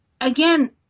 again